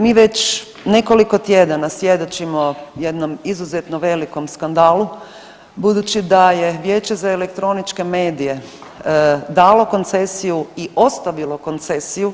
Mi već nekoliko tjedana svjedočimo jednom izuzetno velikom skandalu budući da je Vijeće za elektroničke medije dalo koncesiju i ostavilo koncesiju